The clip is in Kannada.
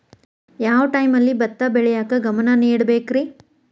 ಯಾವ್ ಟೈಮಲ್ಲಿ ಭತ್ತ ಬೆಳಿಯಾಕ ಗಮನ ನೇಡಬೇಕ್ರೇ?